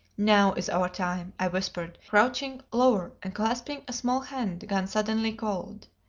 now is our time, i whispered, crouching lower and clasping a small hand gone suddenly cold.